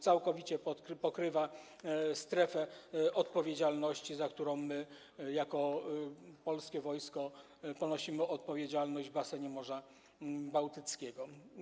Całkowicie pokrywa on strefę odpowiedzialności, za którą my jako polskie wojsko ponosimy odpowiedzialność w basenie Morza Bałtyckiego.